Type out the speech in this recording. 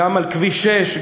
גם על כביש 6,